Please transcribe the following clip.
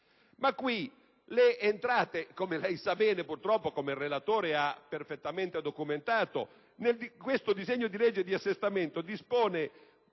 quegli anni. Come lei sa bene, purtroppo, e come il relatore ha perfettamente documentato, questo disegno di legge di assestamento non